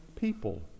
people